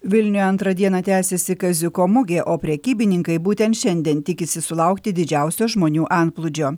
vilniuje antrą dieną tęsiasi kaziuko mugė o prekybininkai būtent šiandien tikisi sulaukti didžiausio žmonių antplūdžio